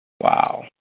Wow